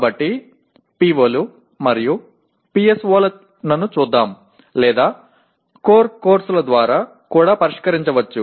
కాబట్టి POలు మరియు PSOలను చూద్దాం లేదా కోర్ కోర్సుల ద్వారా కూడా పరిష్కరించవచ్చు